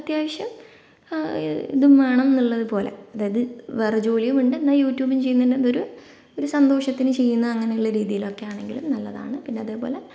അത്യാവശ്യം ഇതും വേണം എന്നുള്ളത് പോലെ അതായത് വേറെ ജോലിയും ഉണ്ട് എന്നാൽ യൂട്യൂബും ചെയ്യുന്നുണ്ട് അതൊരു ഒരു സന്തോഷത്തിന് ചെയ്യുന്ന അങ്ങനെയുള്ള രീതിയിൽ ഒക്കെയാണെങ്കിലും നല്ലതാണ് പിന്നെ അതേപോലെ